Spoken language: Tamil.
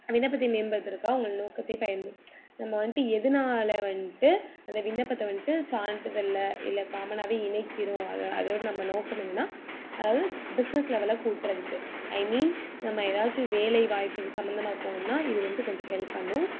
விண்ணப்பத்தை மேம்படுத்துறக்காக உங்கள் நோக்கத்தை பயன்ப நம்ம வந்துட்டு எதனால வந்துட்டு அந்த விண்ணப்பத்தை வந்துட்டு சான்றிதழ்ல இல்லை காமனாகவே இணைக்கிறோம் அது தான் அதோட நம்ம நோக்கம் என்னன்னா அதாவது பிஸ்னஸ் லெவலை கூட்டுறதுக்கு ஐ மீன் நம்ம எதாச்சும் வேலை வாய்ப்பு சம்மந்தமாக அது போகணுன்னா இது வந்துட்டு கொஞ்சம் ஹெல்ப் பண்ணும்